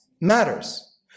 matters